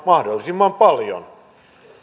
mahdollisimman paljon